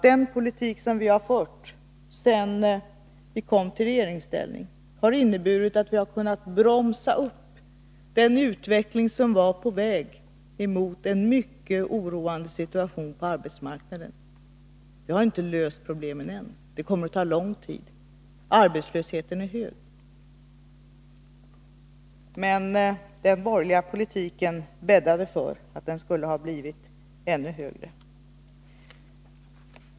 Den politik som vi fört sedan vi kom i regeringsställning har alltså inneburit att vi har kunnat bromsa upp den utveckling som var på väg mot en mycket oroande situation på arbetsmarknaden. Vi har inte löst problemen än. Det kommer att ta lång tid; arbetslösheten är hög. Men den borgerliga politiken bäddade för att den skulle ha blivit ännu högre.